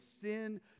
sin